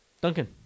Duncan